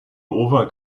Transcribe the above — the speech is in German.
over